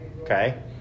Okay